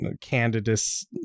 candidates